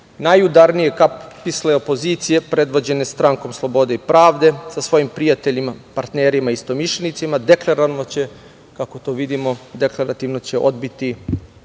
Najudarnije kapisle opozicije predvođene stranom Slobode i pravde, sa svojim prijateljima, partnerima, istomišljenicima, deklararno će,